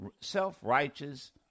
self-righteous